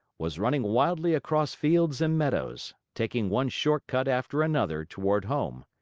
was running wildly across fields and meadows, taking one short cut after another toward home.